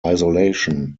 isolation